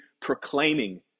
proclaiming